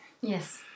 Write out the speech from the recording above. Yes